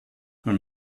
nun